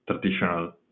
traditional